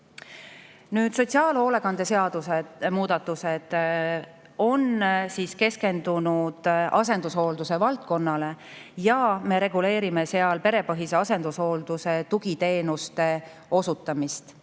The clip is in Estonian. Sotsiaalhoolekande seaduse muudatused on keskendunud asendushoolduse valdkonnale, me reguleerime seal perepõhise asendushoolduse tugiteenuste osutamist.